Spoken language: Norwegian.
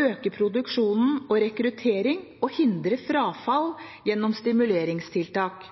øke produksjon og rekruttering og hindre frafall gjennom stimuleringstiltak,